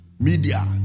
Media